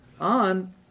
on